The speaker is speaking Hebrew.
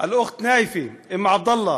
(אומר בערבית: האחות נאאפה, אמו של עבדאללה,